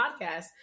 podcast